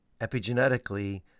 epigenetically